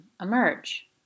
emerge